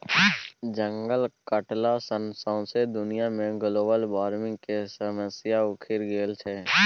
जंगल कटला सँ सौंसे दुनिया मे ग्लोबल बार्मिंग केर समस्या उखरि गेल छै